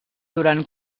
durant